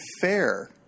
fair